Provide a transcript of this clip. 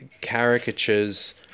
caricatures